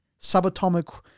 subatomic